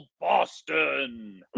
boston